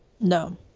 No